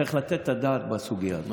צריך לתת את הדעת בסוגיה הזאת.